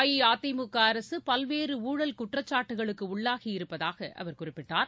அஇஅதிமுக அரசு பல்வேற ஊழல் குற்றச்சாட்டுக்களுக்கு உள்ளாகியிருப்பதாக அவர் குறிப்பிட்டார்